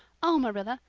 oh, marilla,